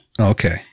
Okay